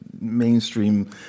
mainstream